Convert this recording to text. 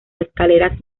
escaleras